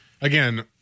again